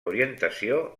orientació